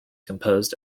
composed